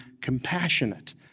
compassionate